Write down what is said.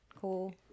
Cool